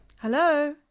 Hello